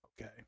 okay